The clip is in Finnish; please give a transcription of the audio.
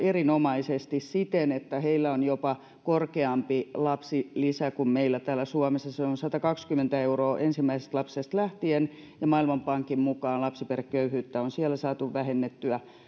erinomaisesti siten että heillä on jopa korkeampi lapsilisä kuin meillä täällä suomessa se on on satakaksikymmentä euroa ensimmäisestä lapsesta lähtien ja maailmanpankin mukaan lapsiperheköyhyyttä on siellä saatu vähennettyä